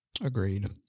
Agreed